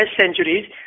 centuries